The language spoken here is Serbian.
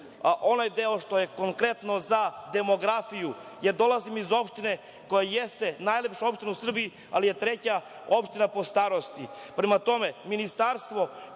onaj deo što je konkretno za demografiju. Ja dolazim opštine koja jeste najlepša opština u Srbiji, ali je treća opština po starosti. Prema tome, ministarstvo